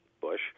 Bush